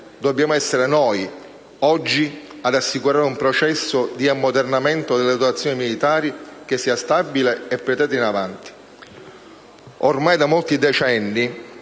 dobbiamo essere noi, oggi, ad assicurare un processo di ammodernamento delle dotazioni militari che sia stabile e proiettato in avanti.